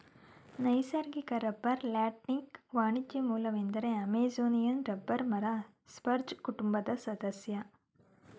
ನೈಸರ್ಗಿಕ ರಬ್ಬರ್ ಲ್ಯಾಟೆಕ್ಸ್ನ ವಾಣಿಜ್ಯ ಮೂಲವೆಂದರೆ ಅಮೆಜೋನಿಯನ್ ರಬ್ಬರ್ ಮರ ಸ್ಪರ್ಜ್ ಕುಟುಂಬದ ಸದಸ್ಯ